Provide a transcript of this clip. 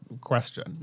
question